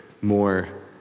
more